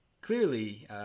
clearly